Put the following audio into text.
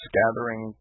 gathering